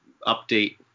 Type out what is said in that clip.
update